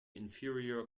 inferior